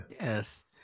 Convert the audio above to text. Yes